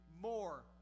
more